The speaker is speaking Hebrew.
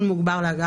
היציאה